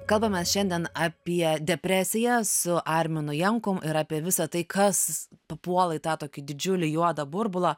kalbamės šiandien apie depresiją su arminu jankum ir apie visa tai kas papuola į tą tokį didžiulį juodą burbulą